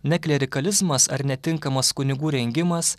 ne klerikalizmas ar netinkamas kunigų rengimas